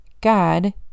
God